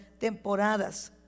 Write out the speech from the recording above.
temporadas